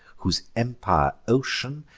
whose empire ocean,